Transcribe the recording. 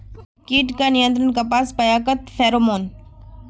कीट का नियंत्रण कपास पयाकत फेरोमोन?